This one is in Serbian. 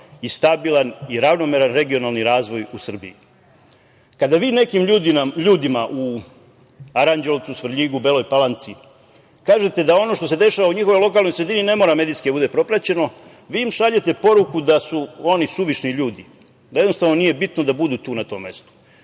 i stabilan i ravnomeran regionalni razvoj u Srbiji. Kada vi nekim ljudima u Aranđelovcu, Svrljigu, Beloj Palanci kažete da ono što se dešava u njihovoj lokalnoj sredini ne mora medijski da bude propraćeno, vi im šaljete poruku da su oni suvišni ljudi, da jednostavno nije bitno da budu tu na tom mestu,